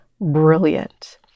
brilliant